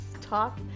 talk